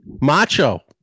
macho